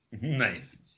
Nice